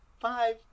five